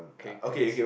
crickets